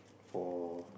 for